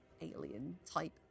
alien-type